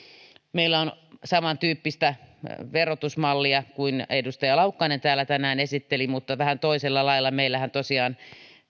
meillä on samantyyppistä verotusmallia kuin edustaja laukkanen täällä tänään esitteli mutta vähän toisella lailla meillähän tosiaan